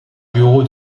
bureau